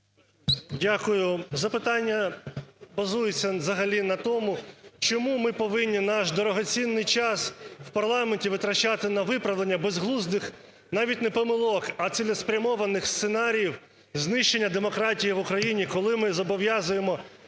Дякую. Запитання базується взагалі на тому, чому ми повинні наш дорогоцінний час в парламенті витрачати на виправлення безглуздих навіть не помилок, а цілеспрямованих сценаріїв знищення демократії в Україні, коли ми зобов'язуємо